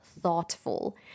thoughtful